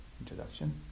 introduction